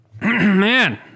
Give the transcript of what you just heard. Man